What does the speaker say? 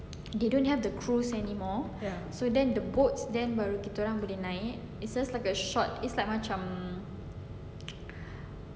they don't have the crews anymore so then the boats then kita orang pergi naik it just like a short it's like macam